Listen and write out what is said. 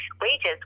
wages